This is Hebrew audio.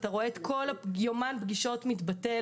אתה רואה את כל יומן הפגישות מתבטל,